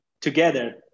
together